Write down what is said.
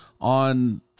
on